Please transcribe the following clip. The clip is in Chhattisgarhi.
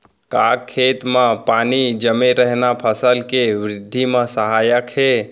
का खेत म पानी जमे रहना फसल के वृद्धि म सहायक हे?